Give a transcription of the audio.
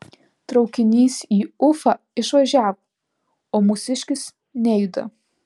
traukinys į ufą išvažiavo o mūsiškis nejuda